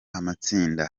amatsinda